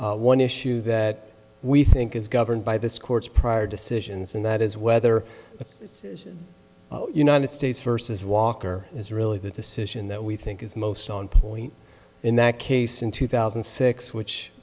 issue one issue that we think is governed by this court's prior decisions and that is whether the united states versus walker is really the decision that we think is most on point in that case in two thousand and six which